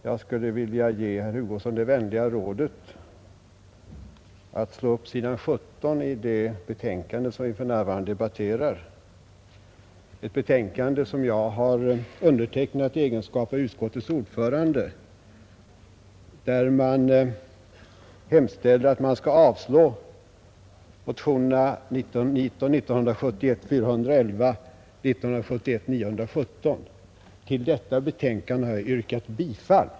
Jag skulle vilja ge herr Hugosson det vänliga rådet att slå upp sidan 17 i det betänkande som vi för närvarande debatterar — ett betänkande som jag har undertecknat i egenskap av utskottets ordförande. Där hemställer utskottet att riksdagen skall avslå motionerna 411 och 917. Till denna hemställan har jag yrkat bifall.